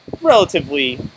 relatively